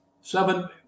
seven